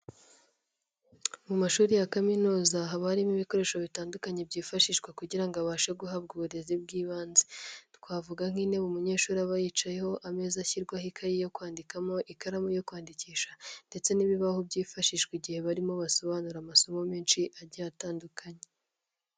Mu mashuri ya kaminuza haba harimo ibikoresho bitandukanye byifashishwa kugira ngo abashe guhabwa uburezi bw'ibanze, twavuga nk'intebe umunyeshuri aba yicayeho, ameza ashyirwaho ikayi yo kwandikamo, ikaramu yo kwandikisha ndetse n'ibibaho byifashishwa igihe barimo basobanura amasomo menshi agiye atandukanye.